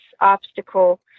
obstacle